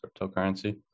cryptocurrency